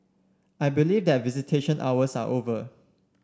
I believe that visitation hours are over